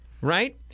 Right